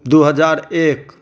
दू हजार एक